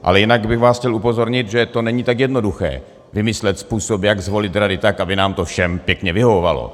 Ale jinak bych vás chtěl upozornit, že to není tak jednoduché vymyslet způsob, jak zvolit radu tak, aby nám to všem pěkně vyhovovalo.